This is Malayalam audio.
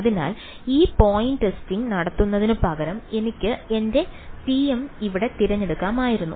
അതിനാൽ ഈ പോയിന്റ് ടെസ്റ്റിംഗ് നടത്തുന്നതിനുപകരം എനിക്ക് എന്റെ tm ഇവിടെ തിരഞ്ഞെടുക്കാമായിരുന്നു